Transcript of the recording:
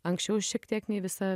anksčiau šiek tiek nei visa